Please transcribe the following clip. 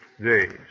days